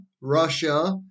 Russia